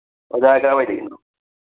ꯑꯣꯖꯥꯗꯤ ꯀꯥꯏ ꯋꯥꯏꯗꯩꯅꯣ